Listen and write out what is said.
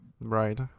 right